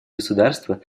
государства